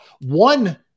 one